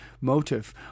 motive